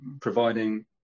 providing